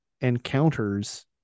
encounters